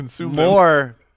more